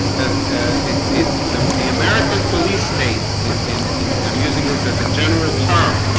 that it it the the american police state in in in um using this as a general term